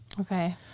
Okay